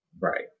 Right